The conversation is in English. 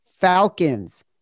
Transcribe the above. Falcons